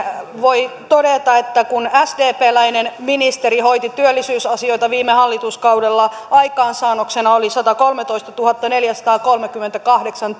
voi todeta että kun sdpläinen ministeri hoiti työllisyysasioita viime hallituskaudella aikaansaannoksena oli satakolmetoistatuhattaneljäsataakolmekymmentäkahdeksan